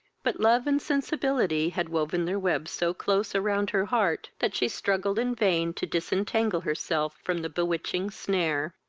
but love and sensibility had woven their webs so close around her heart, that she struggled in vain to disentangle herself from the bewitching snare.